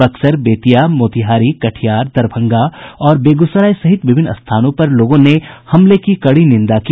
बक्सर बेतिया मोतिहारी कटिहार दरभंगा और बेगूसराय सहित विभिन्न स्थानों पर लोगों ने हमले की कड़ी निंदा की